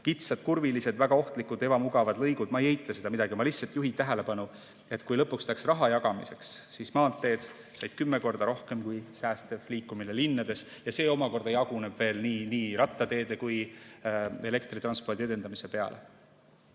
kitsad, kurvilised, väga ohtlikud, ebamugavad lõigud. Ma ei eita seda. Ma lihtsalt juhin tähelepanu, et kui lõpuks läks raha jagamiseks, siis maanteed said kümme korda rohkem kui säästev liikumine linnades ja see omakorda jaguneb veel nii rattateede kui ka elektritranspordi edendamise vahel.